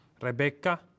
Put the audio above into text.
Rebecca